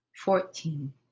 fourteen